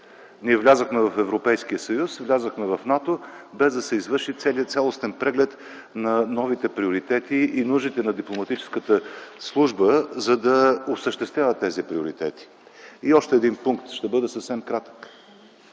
Ние влязохме в Европейския съюз, влязохме в НАТО без да се извърши цялостен преглед на новите приоритети и нуждите на дипломатическата служба, за да осъществяват тези приоритети. И още един пункт. Предстои да